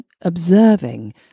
observing